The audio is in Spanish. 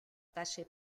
calle